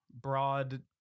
Broad